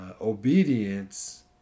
obedience